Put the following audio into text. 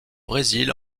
brésil